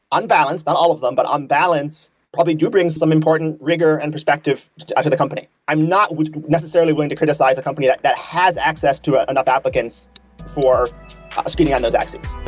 unbalanced, not all of them, but unbalanced, probably do bring some important rigor and perspective to the company. i'm not necessarily going to criticize a company that that has access to enough applicants for ah screening on those axes.